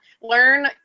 learn